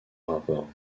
rapport